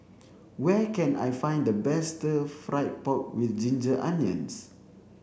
where can I find the best stir fried pork with ginger onions